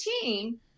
team